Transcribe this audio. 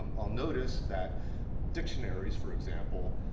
um i'll notice that dictionaries, for example,